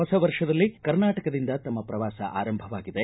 ಹೊಸ ವರ್ಷದಲ್ಲಿ ಕರ್ನಾಟಕದಿಂದ ತಮ್ಮ ಪ್ರವಾಸ ಆರಂಭವಾಗಿದೆ